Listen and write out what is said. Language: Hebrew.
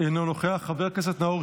אינו נוכח, חבר הכנסת ווליד טאהא,